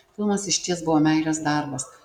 filmas išties buvo meilės darbas